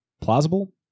plausible